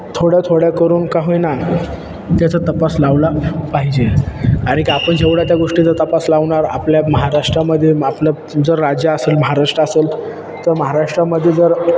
थोड्या थोड्या करून का होईना त्याचा तपास लावला पाहिजे आणि आपण जेवढ्या त्या गोष्टीचा तपास लावणार आपल्या महाराष्ट्रामध्ये आपलं जर राज्य असेल महाराष्ट्र असेल तर महाराष्ट्रामध्ये जर